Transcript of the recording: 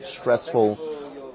stressful